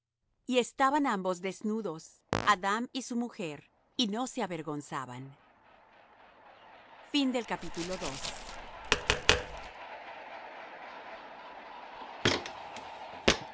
y estaban ambos desnudos adam y su mujer y no se avergonzaban empero la